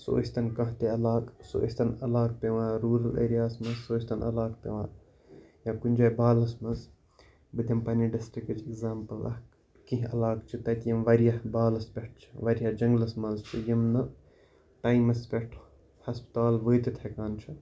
سُہ ٲسۍ تن کانہہ تہِ علاقہٕ سُہ ٲسۍ تن علاقہٕ پیٚوان رورل ایریا ہس منٛز سُہ ٲستن علاقہٕ پیٚوان یا کُنہِ جایہِ بالَس منٛز بہٕ دِمہٕ پَنٕنہِ ڈِسٹرکٕچ ایٚکزامپٕل اکھ کیٚنٛہہ علاقہٕ چھِ تَتہِ یِم واریاہ بالَس پٮ۪ٹھ چھِ واریاہ جنگلس منٛز چھِ یِم نہٕ ٹایمَس پٮ۪ٹھ ہٮسپَتال وٲتِتھ ہیٚکان چھِ